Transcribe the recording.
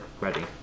ready